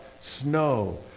snow